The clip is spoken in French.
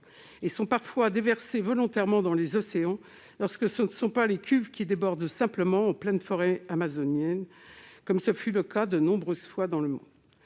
et sont parfois déversées volontairement dans les océans, quand ce ne sont pas les cuves qui débordent en pleine forêt amazonienne, comme ce fut le cas de nombreuses fois.